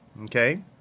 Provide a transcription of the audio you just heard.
okay